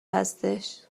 هستش